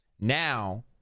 Now